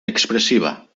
expressiva